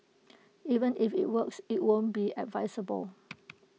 even if IT works IT won't be advisable